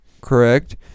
correct